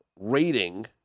rating